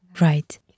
Right